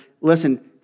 listen